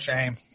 shame